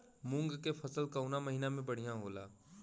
मुँग के फसल कउना महिना में बढ़ियां होला?